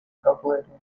calculating